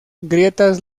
grietas